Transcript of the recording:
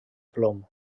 plom